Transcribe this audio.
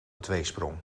tweesprong